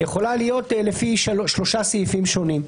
יכולה להיות לפי שלושה סעיפים שונים.